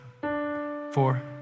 four